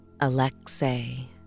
Alexei